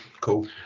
cool